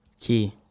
Key